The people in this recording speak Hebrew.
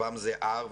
פעם זה R,